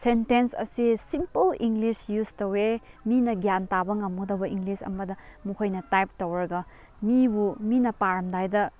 sentence ꯑꯁꯤ simple English use ꯇꯧꯋꯦ ꯃꯤꯅ ꯒ꯭ꯌꯥꯟ ꯇꯥꯕ ꯉꯝꯒꯗꯕ ꯏꯪꯂꯤꯁ ꯑꯃꯗ ꯃꯈꯣꯏꯅ ꯇꯥꯏꯞ ꯇꯧꯔꯒ ꯃꯤꯕꯨ ꯃꯤꯅ ꯄꯥꯔꯝꯗꯥꯏꯗ